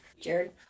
Jared